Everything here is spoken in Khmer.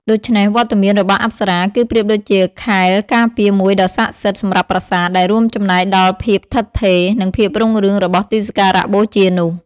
ដូច្នេះ វត្តមានរបស់អប្សរា គឺប្រៀបដូចជាខែលការពារមួយដ៏ស័ក្តិសិទ្ធិសម្រាប់ប្រាសាទ ដែលរួមចំណែកដល់ភាពឋិតថេរ និងភាពរុងរឿងរបស់ទីសក្ការបូជានោះ។